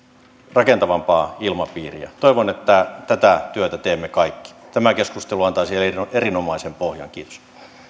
rakentavampaa ilmapiiriä toivon että tätä työtä teemme kaikki tämä keskustelu antaisi erinomaisen pohjan kiitos